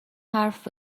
حرف